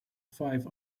five